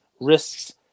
risks